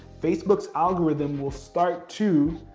facebook's algorithm will start to